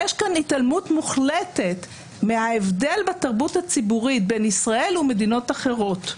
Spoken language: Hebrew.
יש כאן התעלמות מוחלטת מההבדל בתרבות הציבורית בין ישראל למדינות אחרות.